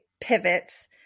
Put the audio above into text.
pivots